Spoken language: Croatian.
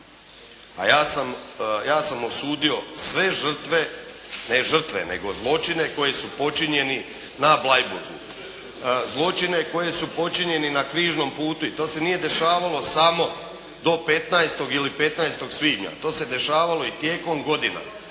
A ja sam osudio sve žrtve, ne žrtve nego zločine koji su počinjeni na Bleiburgu, zločine koji su počinjeni na Križnom putu i to se nije dešavalo samo do petnaestog ili petnaestog svibnja. To se dešavalo i tijekom godina